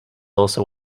also